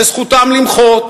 וזכותם למחות,